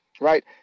right